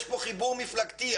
יש פה חיבור מפלגתי.